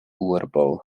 urbo